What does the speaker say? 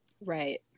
Right